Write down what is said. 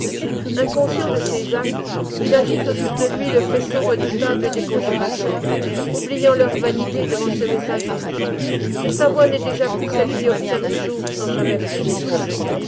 inconscient de ses actes il agite autour de lui le faisceau redoutable des conjurations oubliant leur vanité devant ce messager mais sa voix n'est déjà plus celle qui obtient toujours sans jamais prier